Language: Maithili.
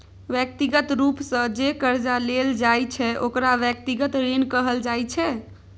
व्यक्तिगत रूप सँ जे करजा लेल जाइ छै ओकरा व्यक्तिगत ऋण कहल जाइ छै